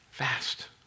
fast